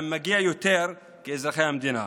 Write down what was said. מגיע להם יותר כאזרחי המדינה.